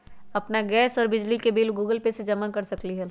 अपन गैस और बिजली के बिल गूगल पे से जमा कर सकलीहल?